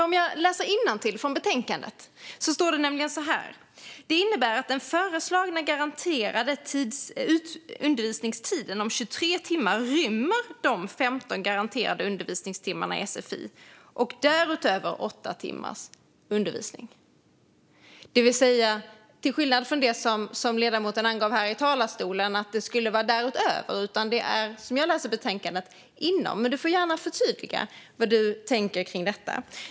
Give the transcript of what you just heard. Om jag läser innantill i betänkandet ser jag nämligen att det står så här: Det innebär att den föreslagna garanterade undervisningstiden om 23 timmar rymmer de 15 garanterade undervisningstimmarna i sfi och därutöver 8 timmars undervisning. Så står det, till skillnad från det som ledamoten angav här i talarstolen om att det skulle vara därutöver. Som jag läser betänkandet är det inom de 23 timmarna. Men du får gärna förtydliga vad du tänker kring detta.